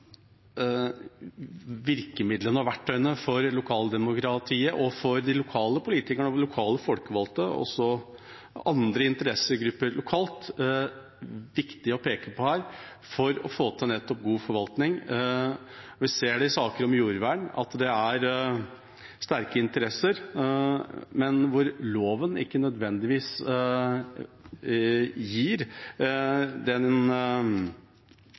virkemidlene og verktøyene for lokaldemokratiet, for de lokale politikerne og for de lokale folkevalgte – og også andre interessegrupper lokalt – viktig å peke på her for å få til nettopp god forvaltning. Vi ser i saker om jordvern at det er sterke interesser, men hvor loven ikke nødvendigvis gir